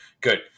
good